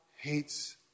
hates